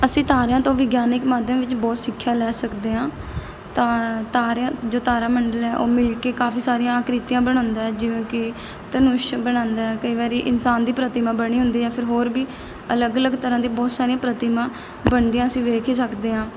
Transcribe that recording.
ਅਸੀਂ ਤਾਰਿਆਂ ਤੋਂ ਵਿਗਿਆਨਿਕ ਮਾਧਿਅਮ ਵਿੱਚ ਬਹੁਤ ਸਿੱਖਿਆ ਲੈ ਸਕਦੇ ਹਾਂ ਤਾਂ ਤਾਰਿਆਂ ਜੋ ਤਾਰਾ ਮੰਡਲ ਹੈ ਉਹ ਮਿਲ ਕੇ ਕਾਫੀ ਸਾਰੀਆਂ ਅਕ੍ਰਿਤੀਆਂ ਬਣਾਉਂਦਾ ਹੈ ਜਿਵੇਂ ਕਿ ਧਨੁਸ਼ ਬਣਾਉਂਦਾ ਹੈ ਕਈ ਵਾਰੀ ਇਨਸਾਨ ਦੀ ਪ੍ਰਤਿਮਾ ਬਣੀ ਹੁੰਦੀ ਹੈ ਫਿਰ ਹੋਰ ਵੀ ਅਲੱਗ ਅਲੱਗ ਤਰ੍ਹਾਂ ਦੇ ਬਹੁਤ ਸਾਰੀਆਂ ਪ੍ਰਤਿਮਾ ਬਣਦੀਆਂ ਅਸੀਂ ਵੇਖ ਹੀ ਸਕਦੇ ਹਾਂ